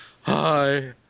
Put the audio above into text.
Hi